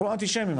אנטישמיים,